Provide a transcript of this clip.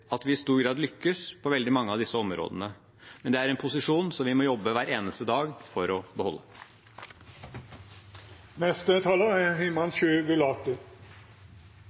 at vi i stor grad lykkes på veldig mange av disse områdene, men det er en posisjon som vi må jobbe hver eneste dag for å